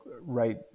right